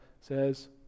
says